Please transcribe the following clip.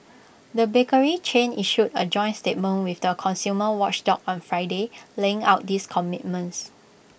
the bakery chain issued A joint statement with the consumer watchdog on Friday laying out these commitments